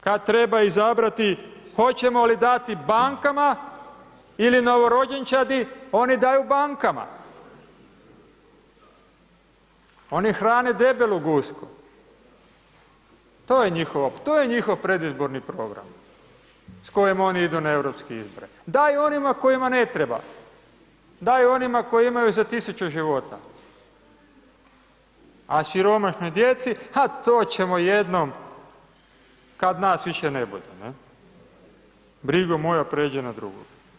Kad treba izabrati hoćemo li dati bankama ili novorođenčadi, oni daju bankama, oni hrane debelu gusku, to je njihovo, to je njihov predizborni program s kojim oni idu na Europske izbore, daju onima kojima ne treba, daju onima koji imaju za 1000 života, a siromašnoj djeci, a to ćemo jednom kad nas više ne bude, ne, brigo moja pređi na drugog.